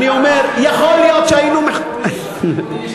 אני אומר, יכול להיות שהיינו, על חשבוני.